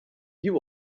you